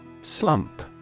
Slump